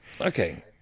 Okay